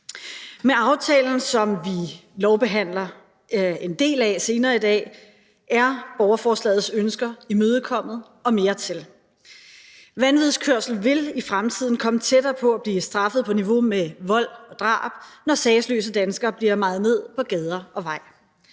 Med aftalen, som vi lovbehandler en del af senere i dag, er borgerforslagets ønsker imødekommet og mere til. Vanvidskørsel vil i fremtiden komme tættere på at blive straffet på niveau med vold og drab, når sagesløse danskere bliver mejet ned på gader og veje.